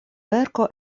verko